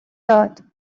داد